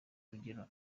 urugero